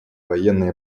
военной